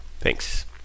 Thanks